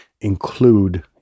include